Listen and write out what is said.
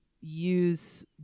use